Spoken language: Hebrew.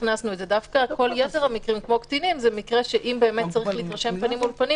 דווקא כל יתר המקרים כמו קטינים זה מקרה שאם צריך להתרשם פנים אל פנים,